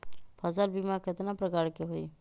फसल बीमा कतना प्रकार के हई?